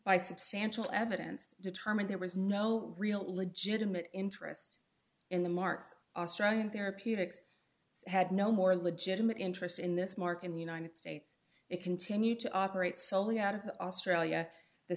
by substantial evidence determined there was no real legitimate interest in the market australian therapeutics had no more legitimate interest in this mark in the united states it continued to operate solely out of australia the